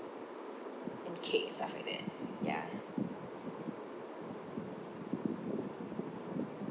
and cake and stuff like that ya